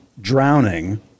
drowning